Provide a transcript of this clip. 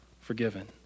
forgiven